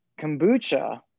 kombucha